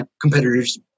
competitors